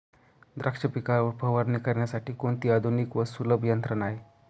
द्राक्ष पिकावर फवारणी करण्यासाठी कोणती आधुनिक व सुलभ यंत्रणा आहे?